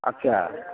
आदसा